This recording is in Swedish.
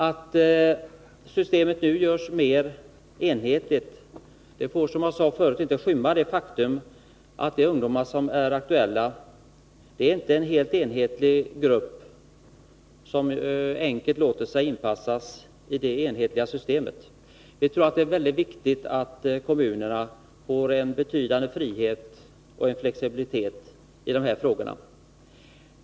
Att systemet nu görs mer enhetligt får, som jag sade förut, inte skymma det faktum att de ungdomar som är aktuella inte är en helt enhetlig grupp som enkelt låter sig inpassas i det enhetliga systemet. Vi tror att det är väldigt viktigt att kommunerna får en betydande frihet och flexibilitet i de här frågorna.